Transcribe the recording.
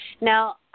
Now